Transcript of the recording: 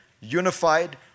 Unified